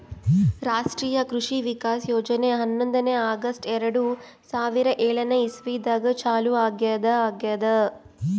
ರಾಷ್ಟ್ರೀಯ ಕೃಷಿ ವಿಕಾಸ್ ಯೋಜನೆ ಹನ್ನೊಂದನೇ ಆಗಸ್ಟ್ ಎರಡು ಸಾವಿರಾ ಏಳನೆ ಇಸ್ವಿದಾಗ ಚಾಲೂ ಆಗ್ಯಾದ ಆಗ್ಯದ್